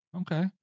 Okay